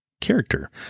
character